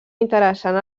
interessant